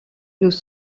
nous